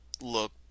look